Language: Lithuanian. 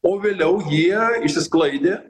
o vėliau jie išsisklaidė